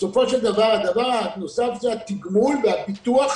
בסופו של דבר הדבר הנוסף הוא התגמול והביטוח